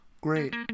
Great